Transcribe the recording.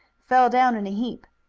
fell down in a heap.